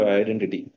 identity